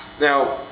Now